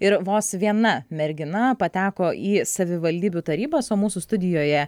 ir vos viena mergina pateko į savivaldybių tarybas o mūsų studijoje